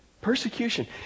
Persecution